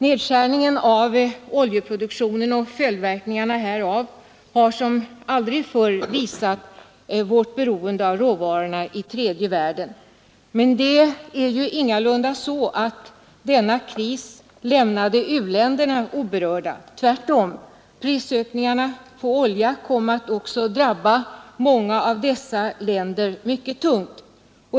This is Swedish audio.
Nedskärningen av oljeproduktionen och följdverkningarna härav har som aldrig förr visat vårt beroende av råvarorna i tredje världen. Men det är ju ingalunda så att denna kris lämnade u-länderna oberörda — tvärtom. Prishöjningarna på olja kommer också att drabba många av dessa länder mycket tungt.